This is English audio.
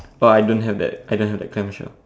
oh I don't have that I don't have that clam shell